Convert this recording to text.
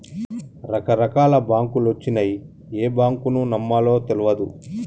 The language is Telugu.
రకరకాల బాంకులొచ్చినయ్, ఏ బాంకును నమ్మాలో తెల్వదు